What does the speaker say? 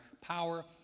power